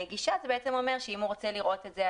"גישה" זה אומר שאם הוא רוצה לראות את זה,